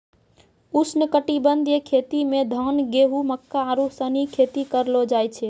उष्णकटिबंधीय खेती मे धान, गेहूं, मक्का आरु सनी खेती करलो जाय छै